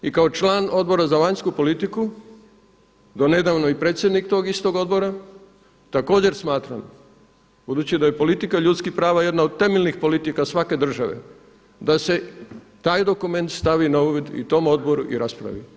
I kao član Odbora za vanjsku politiku, donedavno i predsjednik tog istog odbora, također smatram, budući da je politika ljudskih prava jedna od temeljnih politika svake države, da se taj dokumenta stavi na uvid i tom odboru i raspravi.